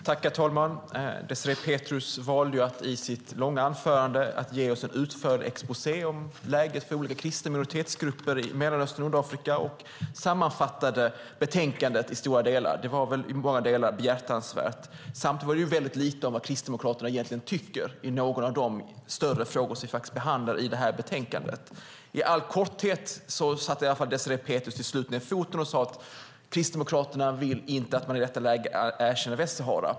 Herr talman! Désirée Pethrus valde att i sitt långa anförande ge oss en utförlig exposé över läget för olika kristna minoritetsgrupper i Mellanöstern och Nordafrika, och hon sammanfattade också betänkandet i stora delar. Det var i mångt och mycket behjärtansvärt. Samtidigt sades det väldigt lite om vad Kristdemokraterna egentligen tycker i några av de större frågor som vi behandlar i detta betänkande. I all korthet satte Désirée Pethrus till slut ned foten och sade att Kristdemokraterna inte vill att man i detta läge erkänner Västsahara.